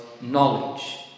knowledge